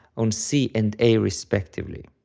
on c and a respectively.